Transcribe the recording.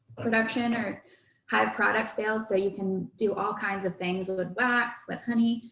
production are hive product sales. so you can do all kinds of things with wax, with honey,